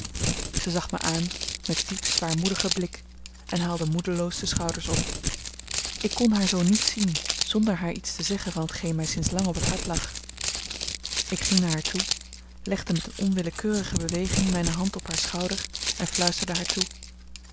zij zag mij aan met diep zwaarmoedigen blik en haalde moedeloos de schouders op ik kon haar zoo niet zien zonder haar iets te zeggen van t geen mij sinds lang op het hart lag ik ging naar haar toe legde met een onwillekeurige beweging mijne hand op haar schouder en fluisterde haar toe